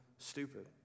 stupid